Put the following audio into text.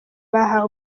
bahawe